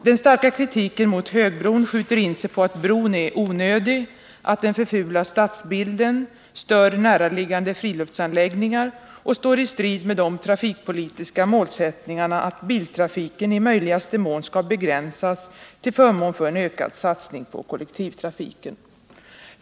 Den starka kritiken mot högbron skjuter in sig på att bron är onödig, att den förfular stadsbilden, stör näraliggande friluftsanläggningar och står i strid med de trafikpolitiska målsättningarna att biltrafiken i möjligaste mån skall begränsas till förmån för en ökad satsning på kollektivtrafiken.